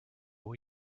will